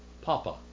Papa